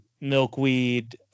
milkweed